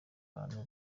abantu